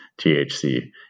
THC